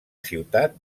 ciutat